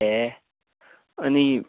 ए अनि